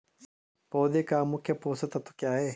पौधें का मुख्य पोषक तत्व क्या है?